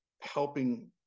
helping